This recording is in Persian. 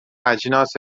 اجناس